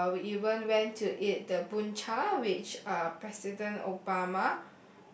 uh we even went to eat the bun-cha which uh president Obama